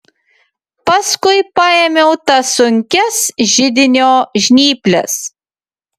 paskui paėmiau tas sunkias židinio žnyples